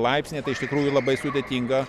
laipsniai tai iš tikrųjų labai sudėtinga